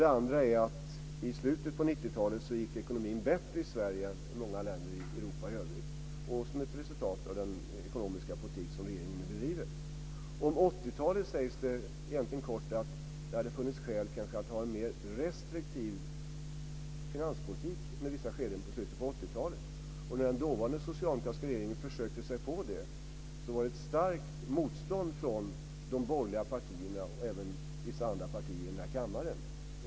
Det andra är att i slutet av 90-talet gick ekonomin bättre i Sverige än i många övriga länder i Europa, som ett resultat av den ekonomiska politik som regeringen nu bedriver. Om 80-talet sägs det egentligen kort att det kanske hade funnits skäl att ha en mer restriktiv finanspolitik under vissa skeden i slutet av 80-talet. När den dåvarande socialdemokratiska regeringen försökte sig på det var det ett starkt motstånd från de borgerliga partierna och även från vissa andra partier i den här kammaren.